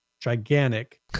gigantic